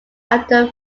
after